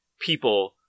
people